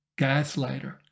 gaslighter